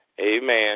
amen